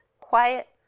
quiet